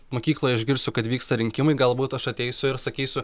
mokykloje išgirsiu kad vyksta rinkimai galbūt aš ateisiu ir sakysiu